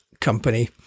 company